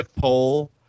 poll